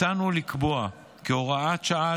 הצענו לקבוע כהוראת שעה,